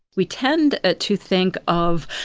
we tend ah to think of,